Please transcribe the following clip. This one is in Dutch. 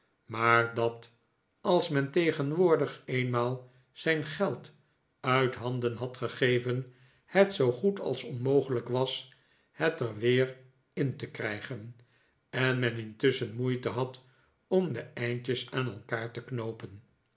maar dat als men tegenwoordig eenmaal zijn geld u i t handen had gegeven het zoo goed als onmogelijk was het er weer in te krijgen en men intusschen moeite had om de eindjes aan elkaar te knoopen